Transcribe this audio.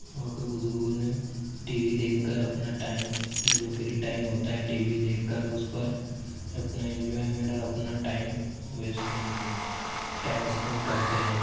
اور کہ بزرگوں نے ٹی وہ دیکھ کر اپنا ٹائم جو فری ٹائم ہوتا ہے دیکھ کر اس پر اپنا انجوائےمینٹ اور اپنا ٹائم انویسٹ ٹائم اسپینڈ کرتے ہیں